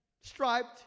striped